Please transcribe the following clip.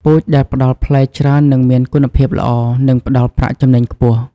ពូជដែលផ្តល់ផ្លែច្រើននិងមានគុណភាពល្អ នឹងផ្ដល់ប្រាក់ចំណេញខ្ពស់។